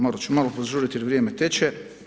Morat ću malo požurit jer vrijeme teče.